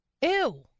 Ew